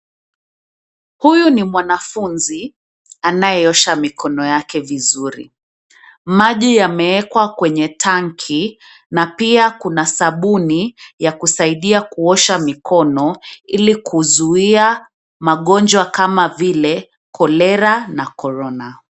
Huyu ni mwanafunzi anayeosha mikono yake vizuri. Maji yameekwa kwenye tangi na pia kuna sabuni ya kusaidia kuosha mikono ili kuzuia magonjwa kama vile Cholera na Corona .